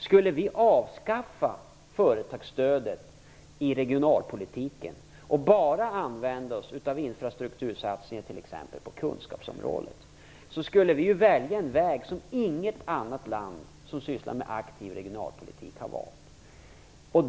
Skulle vi avskaffa företagsstödet i regionalpolitiken och bara använda oss av infrastruktursatsningar t.ex. på kunskapsområdet, skulle vi välja en väg som inget annat land som sysslar med aktiv regionalpolitik har valt.